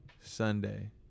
sunday